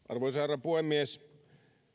arvoisa herra puhemies